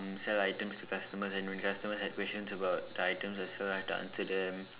um sell items to customers and when customers have questions about the item as well I have to answer them